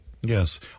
Yes